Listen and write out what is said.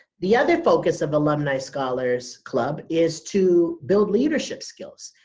the other focus of alumni scholars club is to build leadership skills.